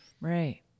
Right